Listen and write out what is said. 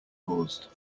caused